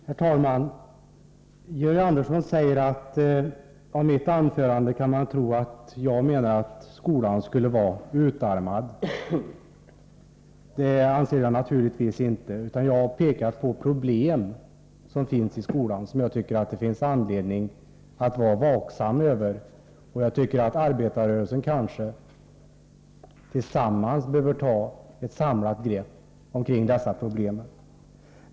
Herr talman! Georg Andersson säger att man av mitt anförande kan tro att jag menar att skolan skulle vara utarmad. Det anser jag naturligtvis inte, utan jag har pekat på problem som finns i skolan och som jag tycker att det finns anledning att vara vaksam över. Jag tycker att arbetarrörelsen kanske tillsammans behöver ta ett samlat grepp om dessa problem.